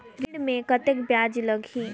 ऋण मे कतेक ब्याज लगही?